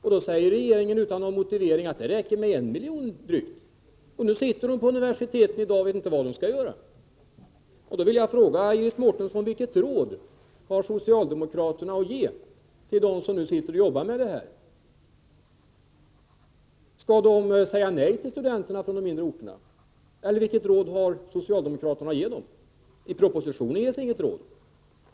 Regeringen säger då utan någon motivering att det räcker med drygt 1 miljon. Nu sitter man på universiteten och vet inte vad man skall göra. Jag vill fråga Iris Mårtensson: Vilket råd har socialdemokraterna att ge till dem som nu jobbar med detta på universiteten? Skall de säga nej till studenterna från de mindre orterna? I propositionen ges inget råd.